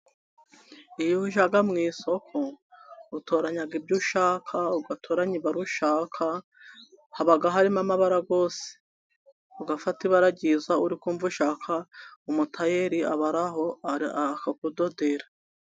Iyo ujya mu isoko utoranya ibyo ushaka, ugatoranya ibara ushaka, haba harimo amabara yose, ugafa ibara ryiza uri kumva ushaka, umutayeri aba ari aho akakudodera.